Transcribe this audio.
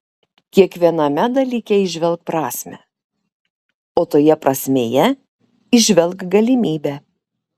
kiekviename dalyke įžvelk prasmę o toje prasmėje įžvelk galimybę